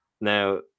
now